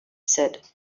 said